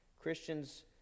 Christians